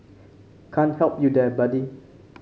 can't help you there buddy